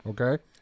Okay